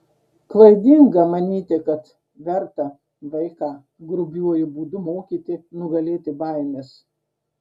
klaidinga manyti kad verta vaiką grubiuoju būdu mokyti nugalėti baimes